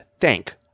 thank